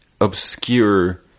obscure